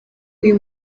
uyu